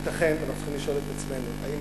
שייתכן שאנחנו צריכים לשאול את עצמנו: האם